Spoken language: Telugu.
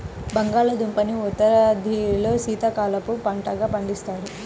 బంగాళాదుంపని ఉత్తరాదిలో శీతాకాలపు పంటగా పండిస్తారు